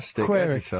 query